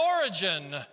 origin